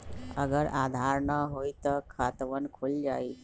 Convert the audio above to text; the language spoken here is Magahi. अगर आधार न होई त खातवन खुल जाई?